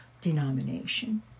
denomination